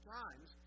times